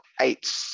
eight